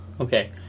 Okay